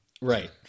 Right